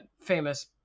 famous